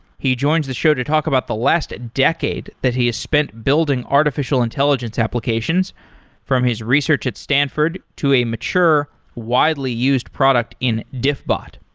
he joins the show to talk about the last decade that he has spent building artificial intelligence applications from his research at stanford, to a mature, widely used product in diffbot.